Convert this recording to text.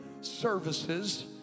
services